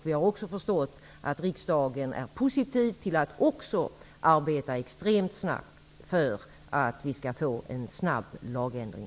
Vi har också förstått att även riksdagen är positiv till att arbeta extremt fort för att vi skall få en snabb lagändring.